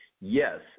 Yes